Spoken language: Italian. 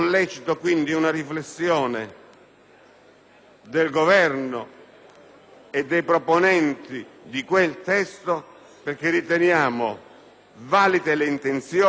del Governo e dei proponenti di quel testo perché riteniamo valide le intenzioni, ma pericolosi gli effetti